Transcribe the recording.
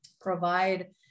provide